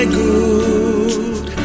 good